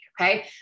Okay